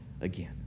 again